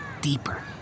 deeper